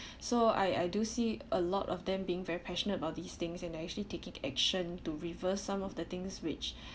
so I I do see a lot of them being very passionate about these things and they are actually taking action to reverse some of the things which